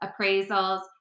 appraisals